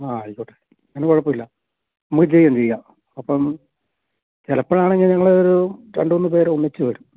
ആ ആയിക്കോട്ടെ അതിനു കുഴപ്പമില്ല നമുക്ക് ചെയ്യാം ചെയ്യാം അപ്പോല് ചിലപ്പോഴാണെങ്കില് ഞങ്ങള് ഒരു രണ്ടുമൂന്നുപേര് ഒന്നിച്ചുവരും